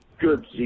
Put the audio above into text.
good